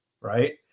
Right